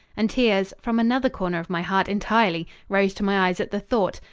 and tears, from another corner of my heart entirely, rose to my eyes at the thought,